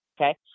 Okay